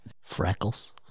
Freckles